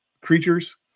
creatures